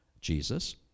Jesus